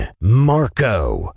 Marco